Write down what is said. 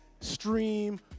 stream